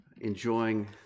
enjoying